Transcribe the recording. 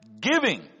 giving